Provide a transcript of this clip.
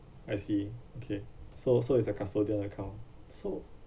I see okay so so is a custodial account so